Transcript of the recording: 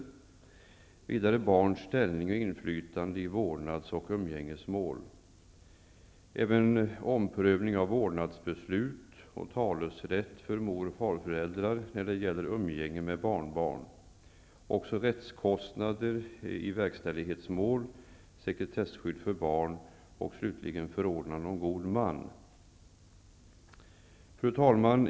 Det gäller vidare barns ställning och inflytande i vårdnads och umgängesmål, omprövning av vårdnadsbeslut, talesrätt för mor och farföräldrer när det gäller umgänge med barnbarn, rättegångskostnader i verkställighetsmål, sekretesskydd för barn samt förordnande av god man. Fru talman!